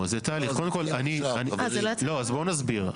בואו נסביר.